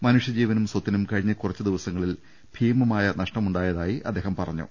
മനുഷ്യജീവനും സ്ഥത്തിനും കഴിഞ്ഞ കുറച്ചുദിവസങ്ങളിൽ ഭീമമായ നഷ്ടമുണ്ടായതായി അദ്ദേഹം പറ ഞ്ഞു